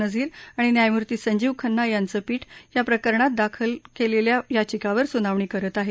नझीर आणि न्यायमूर्ती संजीव खन्ना याचं पीठ या प्रकरणात दाखल केलेल्या याचिकांवर सुनावणी करत आहे